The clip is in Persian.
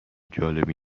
جالبی